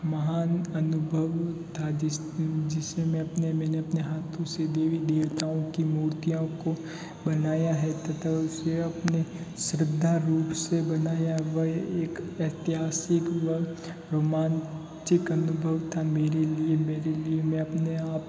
महान अनुभव था जिस जिसमें अपने मैंने अपने हाथों से देवी देवताओं की मूर्तियों को बनाया है तथा उसे अपने श्रद्धा रूप से बनाया हुआ एक प्रत्याशी हुआ रोमांचिक अनुभव था मेरे लिए मेरे लिए मैं अपने आप को